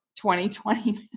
2020